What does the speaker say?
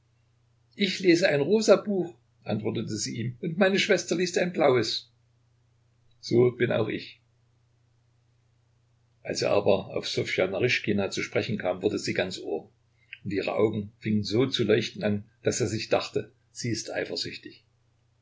ich lese ein rosa buch antwortete sie ihm und meine schwester liest ein blaues so bin auch ich als er aber auf ssofja naryschkina zu sprechen kam wurde sie ganz ohr und ihre augen fingen so zu leuchten an daß er sich dachte sie ist eifersüchtig